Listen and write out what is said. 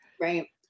Right